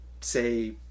say